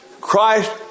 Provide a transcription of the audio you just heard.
Christ